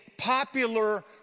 popular